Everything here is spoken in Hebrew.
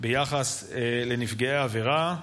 ביחס לנפגעי עבירה,